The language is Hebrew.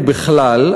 ובכלל,